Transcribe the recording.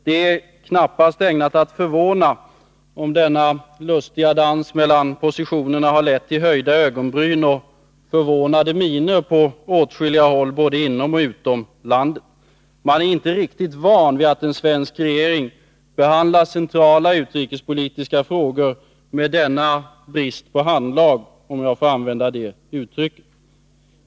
Det är knappast ägnat att förvåna om denna lustiga dans mellan positionerna har lett till höjda ögonbryn och förvånade miner på åtskilliga håll, både inom och utom landet. Man är inte riktigt van vid att en svensk regering behandlar centrala utrikespolitiska frågor med denna brist på 2 Riksdagens protokoll 1982/83:31-32 handlag, om jag får använda det uttrycket.